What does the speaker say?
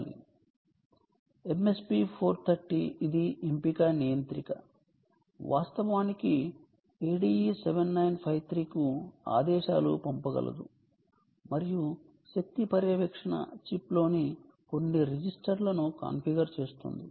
MSP 430 ఇది ఎంపిక నియంత్రిక వాస్తవానికి ADE 7953 కు ఆదేశాలను పంపగలదు మరియు శక్తి పర్యవేక్షణ చిప్లోని కొన్ని రిజిస్టర్లను కాన్ఫిగర్ చేస్తుంది